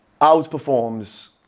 outperforms